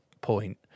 point